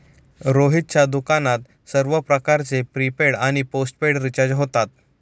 रोहितच्या दुकानात सर्व प्रकारचे प्रीपेड आणि पोस्टपेड रिचार्ज होतात